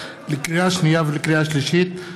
לקריאה שנייה ולקריאה שלישית,